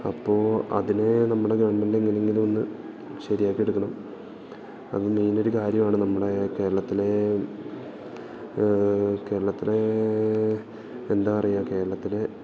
അപ്പോള് അതിനു നമ്മുടെ ഗവൺമെൻ്റ് എങ്ങനെയെങ്കിലൊന്നു ശരിയാക്കി എടുക്കണം അത് മെയിനൊരു കാര്യമാണ് നമ്മുടെ കേരളത്തിലെ കേരളത്തിലെ എന്താണു പറയുക കേരളത്തിലെ